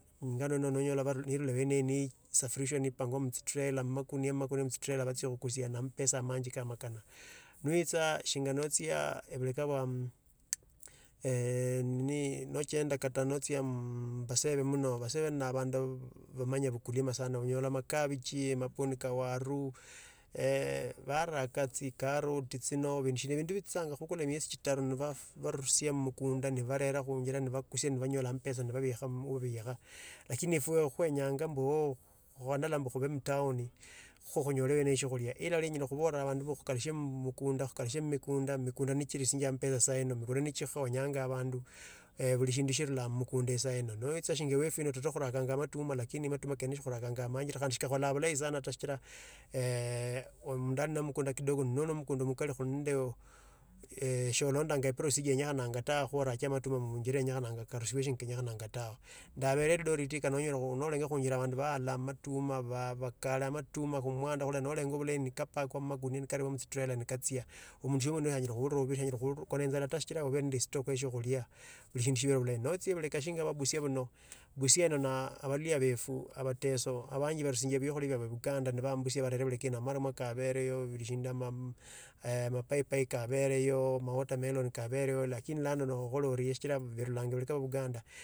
Ingano ino nunyola vari niirula iweneyi ni isafirishwa niipangwa mutsitrela mumakunia makunia mutsitrela nivatsia khukusia na mapesa amanji kamakana. niwitsa shinga notsia evuleka vwa mm eeh nini nochenda kate notsia mm mvaseve muno vaseve navandu vaa vamanya ovukulima sana onyala khunyola makavuji. mabwoni ka waru eeh varaka etsikaroti tsino. vindu shina vindu vitsitsanga khuvukula emiesi chitaru. ni vaa fu nivarusia mumikunda nivarera khwinjira nivakusia nivanyola amapesa nivavikha wuvavikha. lakini efwe khwenyanga ombu. khwanala ombu khuve mtauni kha khunyole weneyo shokhulia. Ilali enyela khuvorira avandu endi khukalushe mukunda khukalushi mumikunda nicho chikhonyanga avandu. Vuli shindu shirulanga mukunda saino. niwitsa shinga iwefu toto khutrakanga amatuma lakini amatuma kene shikhurakanga vulayi sana ta shichira eeh omundiu ali no mkunda kidogo no noli nende omukunda omukali khuli nende eeh shonyolanga eprocedure yenyekhananga tawe khurache matuma muinjira yenyekhananga karusiwe shinga kenyakharananga tawe ndavere eldoreti eyi nolenjera khunjila avandu vayala amatuma vavakale amatuma khumwanda nolenjera vulayi nikapakwa mumakunia karua mutsitrela nikatsia mundu shinga weneyo shanye khuurira vuvi shanyela khukona inzala ta shichira uvere nende estoko yeshakhulia vulishindu shivere vulayi notsya evuleka shinga vwa ebusia vuno. busia yino navaluhya vwfu avatwso avanji varusianga fwekhulia fwavo evukanda nivambusia nivarera evuleka ino amaramwa kavereyo vuli eshindu ama amabayibayi kavereyo ama watermelon kaveleyo lakini lano nolakhola orie shichira virulanga evuleka vya evukanda.